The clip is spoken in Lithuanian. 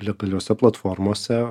legaliose platformose